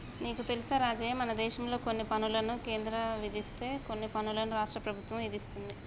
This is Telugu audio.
నీకు తెలుసా రాజయ్య మనదేశంలో కొన్ని పనులను కేంద్రం విధిస్తే కొన్ని పనులను రాష్ట్ర ప్రభుత్వం ఇదిస్తుంది